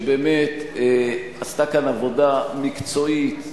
שעשתה כאן עבודה מקצועית,